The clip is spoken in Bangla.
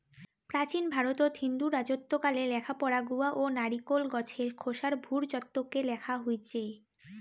প্রাচীন ভারতত হিন্দু রাজত্বকালে লেখাপড়া গুয়া ও নারিকোল গছের খোসার ভূর্জত্বকে লেখা হইচে